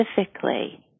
specifically